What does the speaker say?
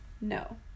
no